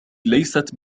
ليست